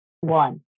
one